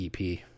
EP